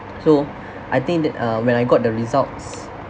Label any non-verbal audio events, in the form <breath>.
so <breath> I think that uh when I got the results